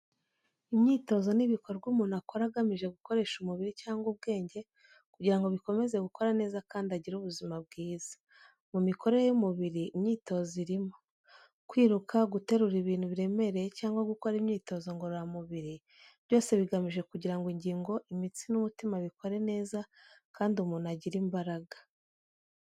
Imyitozo ni ibikorwa umuntu akora agamije gukoresha umubiri cyangwa ubwenge kugira ngo bikomeze gukora neza kandi agire ubuzima bwiza. Mu mikorere y'umubiri, imyitozo irimo: kwiruka, guterura ibintu biremereye cyangwa gukora imyitozo ngororamubiri, byose bigamije kugira ngo ingingo, imitsi n'umutima bikore neza kandi umuntu agire imbaraga.